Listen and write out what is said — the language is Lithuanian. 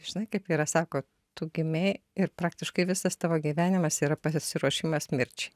žinai kaip yra sako tu gimei ir praktiškai visas tavo gyvenimas yra pasiruošimas mirčiai